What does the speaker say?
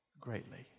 greatly